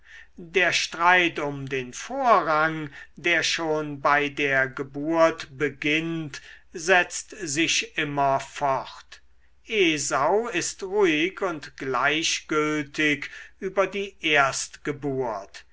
der streit um den vorrang der schon bei der geburt beginnt setzt sich immer fort esau ist ruhig und gleichgültig über die erstgeburt